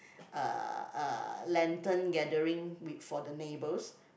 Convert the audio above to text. uh uh lantern gathering with for the neighbours